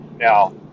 Now